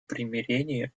примирению